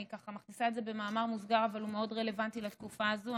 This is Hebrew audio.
אני ככה מכניסה את זה במאמר ,מוסגר אבל הוא מאוד רלוונטי לתקופה הזאת,